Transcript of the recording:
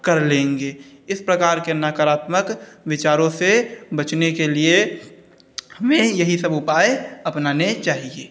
कर लेंगे इस प्रकार के नकारात्मक विचारों से बचने के लिए हमें यही सब उपाय अपनाने चाहिए